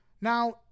Now